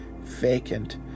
vacant